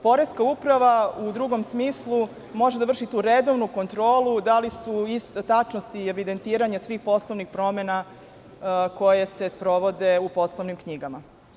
Poreska uprava, u drugom smislu, može da vrši tu redovnu kontrolu tačnosti i evidentiranja svih poslovnih promena koje se sprovode u poslovnim knjigama.